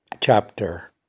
chapter